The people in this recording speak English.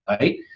Right